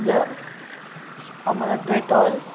जर आम्हाला डेटॉल